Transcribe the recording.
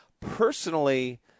Personally